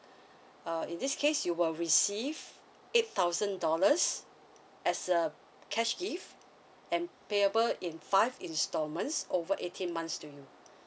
uh in this case you will receive eight thousand dollars as a cash gift and payable in five installments over eighteen months to you